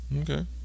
Okay